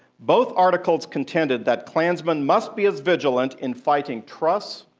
both articles contended that klansmen must be as vigilant in fighting trusts,